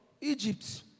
Egypt